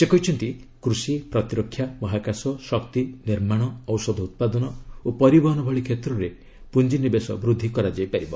ସେ କହିଛନ୍ତି କୃଷି ପ୍ରତିରକ୍ଷା ମହାକାଶ ଶକ୍ତି ନିର୍ମାଣ ଔଷଧ ଉତ୍ପାଦନ ଓ ପରିବହନ ଭଳି କ୍ଷେତ୍ରରେ ପୁଞ୍ଜିନିବେଶ ବୃଦ୍ଧି କରାଯାଇ ପାରିବ